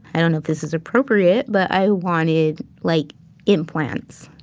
i don't know if this is appropriate, but i wanted like implants.